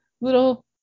little